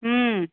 ಹ್ಞೂ